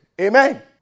Amen